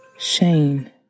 Shane